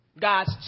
God's